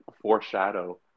foreshadow